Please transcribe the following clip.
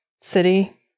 city